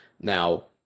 Now